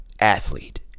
athlete